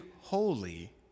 holy